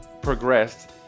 progressed